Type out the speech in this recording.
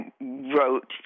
wrote